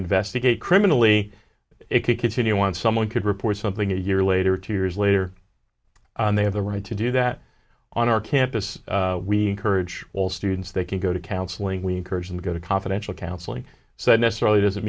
investigate criminally it could continue once someone could report something a year later two years later they have the right to do that on our campus we encourage all students they can go to counseling we encourage them to go to confidential counseling so necessarily doesn't